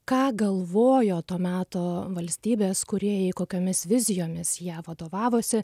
ką galvojo to meto valstybės kūrėjai kokiomis vizijomis ja vadovavosi